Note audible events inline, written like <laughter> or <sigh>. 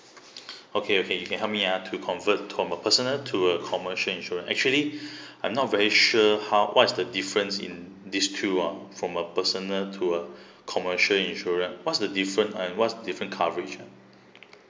okay okay you can help me ah to convert from a personal to a commercial insurance actually <breath> I'm not very sure how what's the difference in these two ah from a personal to a <breath> commercial insurance what's the different uh what's different coverages ah